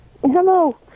Hello